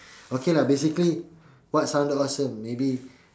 okay lah basically what sounded awesome maybe